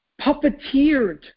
puppeteered